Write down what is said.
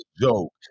joke